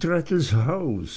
traddles haus